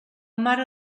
mare